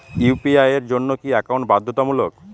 UPI এর জন্য কি একাউন্ট বাধ্যতামূলক?